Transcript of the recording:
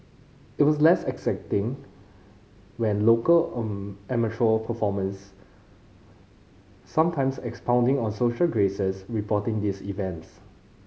it was less exacting when local amateur performance sometimes expounding on social graces reporting these events